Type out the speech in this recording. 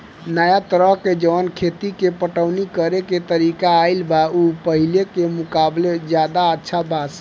नाया तरह के जवन खेत के पटवनी करेके तरीका आईल बा उ पाहिले के मुकाबले ज्यादा अच्छा बा